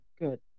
Good